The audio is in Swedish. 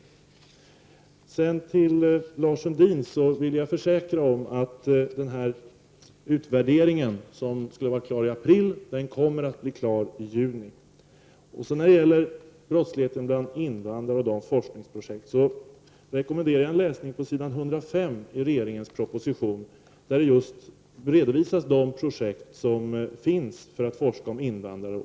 Jag kan försäkra Lars Sundin om att den utvärdering som skulle ha varit klar i april kommer att bli klar i juni. När det gäller brottsligheten bland invandrare och forskningsprojekt i denna fråga rekommenderar jag läsning av s. 105 i regeringens proposition, där det just görs en redovisning av de projekt som bedrivs på detta område.